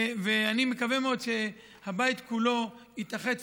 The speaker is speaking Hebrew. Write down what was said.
ואני מקווה מאוד שהבית כולו יתאחד סביב,